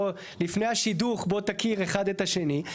לפני השידוך בוא תכיר אחד את השני.